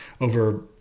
over